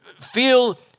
feel